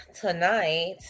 tonight